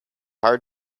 hard